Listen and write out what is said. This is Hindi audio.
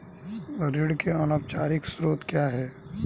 ऋण के अनौपचारिक स्रोत क्या हैं?